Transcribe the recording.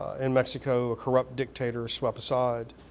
in mexico, a corrupt dictator is swept aside.